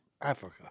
Africa